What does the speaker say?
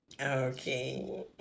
Okay